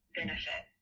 benefit